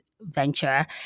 venture